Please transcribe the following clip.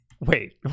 Wait